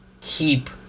keep